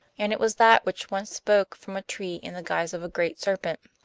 and it was that which once spoke from a tree in the guise of a great serpent.